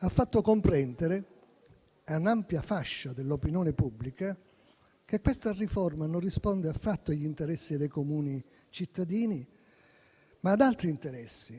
Ha fatto comprendere ad un'ampia fascia dell'opinione pubblica che questa riforma risponde non affatto agli interessi dei comuni cittadini, ma ad altri interessi,